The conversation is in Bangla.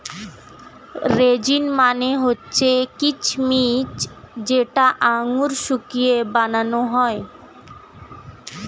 রেজিন মানে হচ্ছে কিচমিচ যেটা আঙুর শুকিয়ে বানানো হয়